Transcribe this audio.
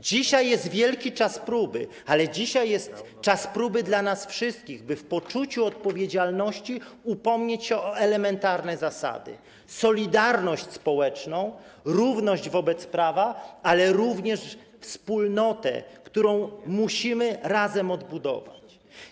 Dzisiaj jest wielki czas próby, dzisiaj jest czas próby dla nas wszystkich, by w poczuciu odpowiedzialności upomnieć się o elementarne zasady: solidarność społeczną, równość wobec prawa, ale również wspólnotę, która musimy razem odbudować.